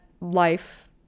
life